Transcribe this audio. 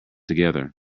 together